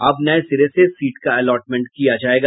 अब नये सिरे से सीट का एलॉटमेंट किया जायेगा